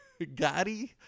Gotti